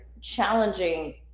challenging